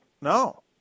No